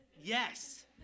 Yes